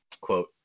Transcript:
quote